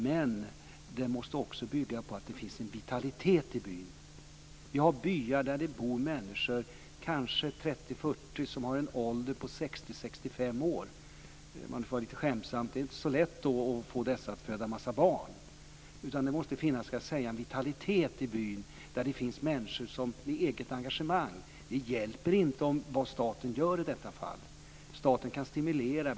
Men det måste också bygga på att det finns en vitalitet i byn. Vi har byar där det bor kanske 30-40 människor i åldern 60-65 år. Om jag får vara lite skämtsam kan jag säga att det då inte är så lätt att få dessa att föda en massa barn, utan det måste finnas en vitalitet i byn där det finns människor med eget engagemang. Det hjälper inte vad staten gör i detta fall. Staten kan stimulera.